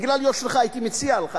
בגלל יושרך הייתי מציע לך,